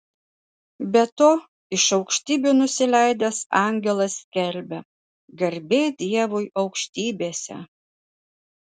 be to iš aukštybių nusileidęs angelas skelbia garbė dievui aukštybėse